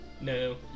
No